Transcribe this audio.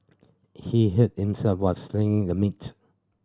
he hurt himself while sling the meat